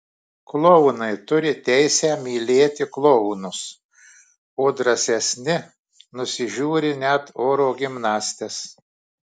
klounai turi teisę mylėti klounus o drąsesni nusižiūri net oro gimnastes